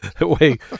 Wait